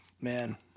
Man